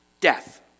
Death